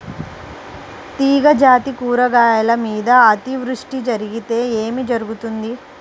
తీగజాతి కూరగాయల మీద అతివృష్టి జరిగితే ఏమి జరుగుతుంది?